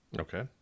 Okay